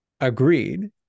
Agreed